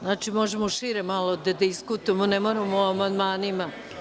Znači, možemo šire malo da diskutujemo, ne moramo o amandmanima.